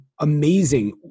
amazing